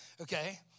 okay